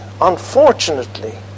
unfortunately